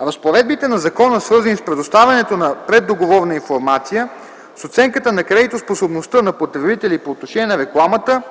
Разпоредбите на закона, свързани с предоставянето на преддоговорна информация, с оценката на кредитоспособността на потребителя и по отношение на рекламата,